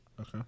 Okay